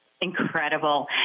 Incredible